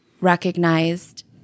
recognized